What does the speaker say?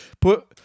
put